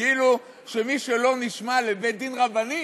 כאילו שמי שלא נשמע לבית-דין רבני,